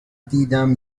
دیدم